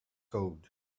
code